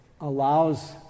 allows